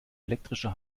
elektrischer